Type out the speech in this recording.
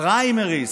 פריימריז,